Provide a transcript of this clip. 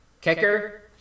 Kicker